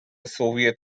soviet